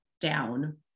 down